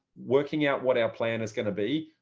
working out what our plan is going to be,